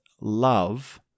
love